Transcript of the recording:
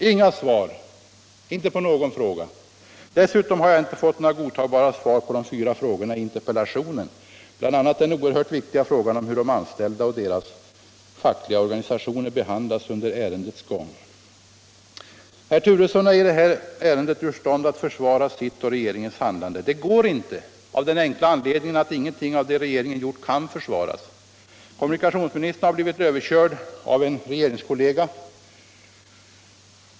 Inga svar — inte på någon fråga. Dessutom har jag inte fått några godtagbara svar på de fyra frågorna i interpellationen, bl.a. den oerhört viktiga frågan om hur de anställda och deras fackliga organisationer behandlats under ärendets gång. Herr Turesson är i detta ärende ur stånd att försvara sitt och regeringens handlande. Det går inte, av den enkla anledningen att ingenting av det regeringen gjort kan försvaras. Kommunikationsministern har blivit överkörd av en regeringskollega.